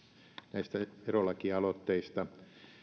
näistä verolakialoitteista